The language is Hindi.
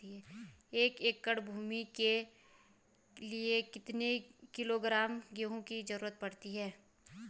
एक एकड़ भूमि के लिए कितने किलोग्राम गेहूँ की जरूरत पड़ती है?